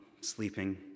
sleeping